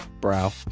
brow